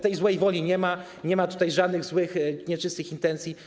Tej złej woli nie ma, nie ma tutaj żadnych złych, nieczystych intencji.